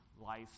life